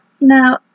Now